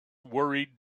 worried